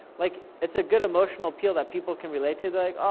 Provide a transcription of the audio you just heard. like it's a good emotional feel that people can relate to. they're like, oh,